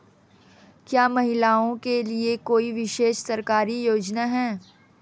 क्या महिलाओं के लिए कोई विशेष सरकारी योजना है?